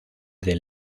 del